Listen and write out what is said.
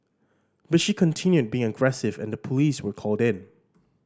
but she continued being aggressive and the police were called in